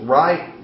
right